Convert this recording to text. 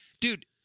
dude